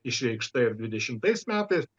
išreikšta ir dvidešimtais metai